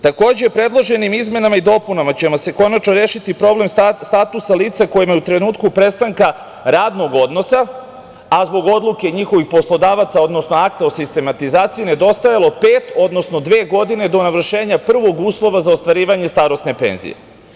Takođe, predloženim izmenama i dopunama ćemo konačno rešiti problem statusa lica kojima je u trenutku prestanka radnog odnosa, a zbog odluke njihovih poslodavaca, odnosno akta o sistematizaciji, nedostajalo pet, odnosno dve godine do navršenja prvog uslova za ostvarivanje starosne penzije.